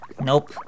Nope